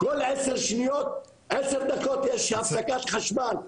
כל עשר דקות יש הפסקת חשמל,